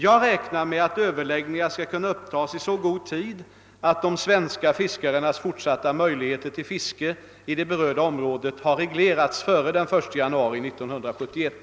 Jag räknar med att överläggningar skall kunna upptas i så god tid att de svenska fiskarnas fortsatta möjligheter till fiske i det berörda området har reglerats före den 1 januari 1971.